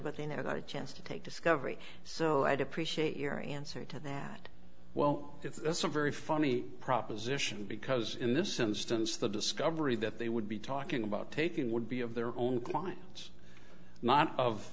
but they never got a chance to take discovery so i'd appreciate your answer to that well it's a very funny proposition because in this instance the discovery that they would be talking about taking would be of their own minds not of